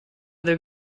del